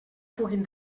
puguin